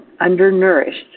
undernourished